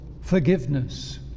forgiveness